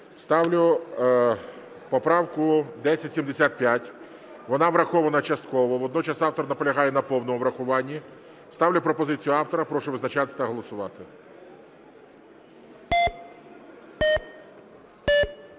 Ставлю поправку 1075, вона врахована частково, водночас автор наполягає на повному врахуванні. Ставлю пропозицію автора. Прошу визначатись та голосувати.